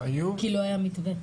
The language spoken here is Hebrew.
כי לא היה מתווה.